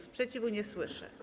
Sprzeciwu nie słyszę.